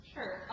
Sure